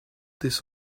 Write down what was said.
this